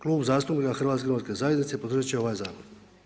Klub zastupnika Hrvatske demokratske zajednice podržat će ovaj zakon.